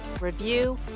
review